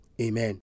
Amen